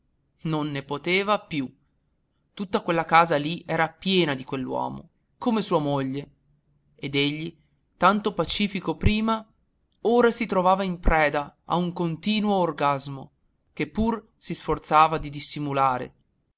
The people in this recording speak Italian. non ne poteva più tutta quella casa lì era piena di quell'uomo come sua moglie ed egli tanto pacifico prima ora si trovava in preda a un continuo orgasmo che pur si sforzava di dissimulare